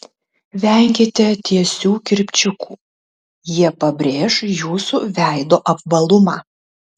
venkite tiesių kirpčiukų jie pabrėš jūsų veido apvalumą